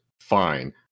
fine